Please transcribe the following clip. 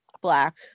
Black